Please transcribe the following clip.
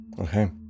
Okay